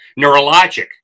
neurologic